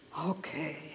Okay